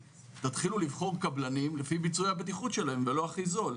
תתחילו לבחור קבלנים לפני ביצועי הבטיחות שלהם ולא לפי מי הכי זול.